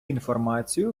інформацію